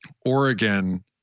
Oregon